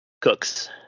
Cooks